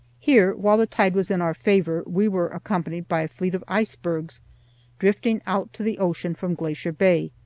here, while the tide was in our favor, we were accompanied by a fleet of icebergs drifting out to the ocean from glacier bay.